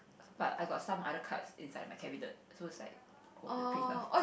but I got some other cards inside my cabinet so it's like all over the place lah